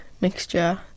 mixture